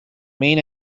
main